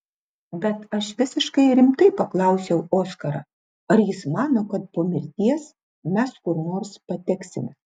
bet aš visiškai rimtai paklausiau oskarą ar jis mano kad po mirties mes kur nors pateksime